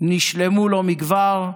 נשלמו לא מכבר,